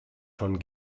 von